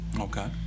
Okay